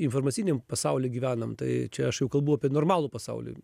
informaciniam pasauly gyvenam tai čia aš jau kalbu apie normalų pasaulį